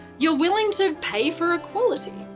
you're willing to pay for equality.